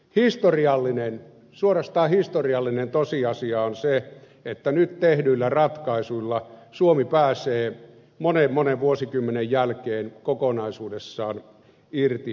historiallinen suorastaan historiallinen tosiasia on se että nyt tehdyillä ratkaisuilla suomi pääsee monen monen vuosikymmenen jälkeen kokonaisuudessaan irti tuontisähköstä